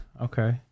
Okay